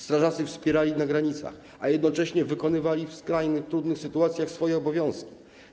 Strażacy wspierali służby na granicach, a jednocześnie wykonywali w skrajnie trudnych sytuacjach swoje obowiązki.